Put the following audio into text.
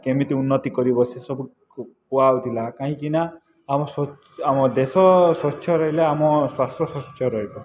କେମିତି ଉନ୍ନତି କରିବ ସେସବୁ କୁହାହେଉଥିଲା କାହିଁକିନା ଆମ ସ୍ୱଚ୍ଛ ଆମ ଦେଶ ସ୍ୱଚ୍ଛ ରହିଲେ ଆମ ସ୍ୱାସ୍ଥ୍ୟ ସ୍ୱଚ୍ଛ ରହିବ